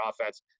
offense